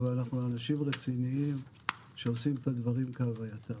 אבל אנחנו אנשים רציניים שעושים את הדברים כהווייתם.